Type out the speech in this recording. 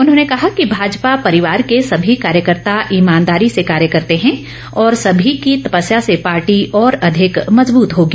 उन्होंने कहा कि भाजपा परिवार ँ के सभी कार्यकर्ता इमानदारी से कार्य करते है और सभी की तपस्या से पार्टी और अधिक मजबूत होगी